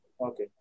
Okay